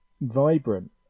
vibrant